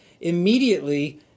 immediately